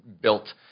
built